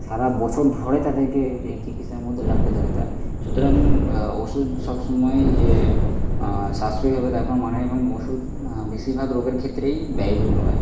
সারা বছর ধরে তাদেরকে এই চিকিৎসার মধ্যে লাগতে থাকে তার সুতরাং ওষুধ সবসময়ই যে সাশ্রয়ী হবে তার কোনো মানে এবং ওষুধ বেশিরভাগ রোগের ক্ষেত্রেই ব্যয়বহুল হয়